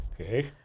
Okay